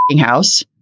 house